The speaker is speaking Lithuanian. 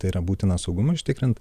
tai yra būtina saugumui užtikrint